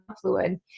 fluid